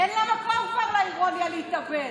אין לה מקום כבר, לאירוניה, להתאבד.